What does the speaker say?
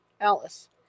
Alice